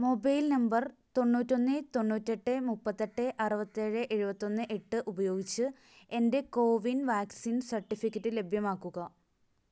mobile number തൊണ്ണൂറ്റൊന്ന് തൊണ്ണൂറ്റെട്ട് മുപ്പത്തെട്ട് അറുപത്തേഴ് ഏഴുപത്തൊന്ന് എട്ട് ഉപയോഗിച്ച് എന്റെ കോവിൻ വാക്സിൻ സർട്ടിഫിക്കറ്റ് ലഭ്യമാക്കുക